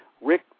Rick